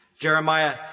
Jeremiah